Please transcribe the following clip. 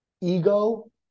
ego